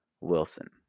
wilson